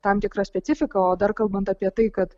tam tikra specifika o dar kalbant apie tai kad